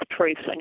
tracing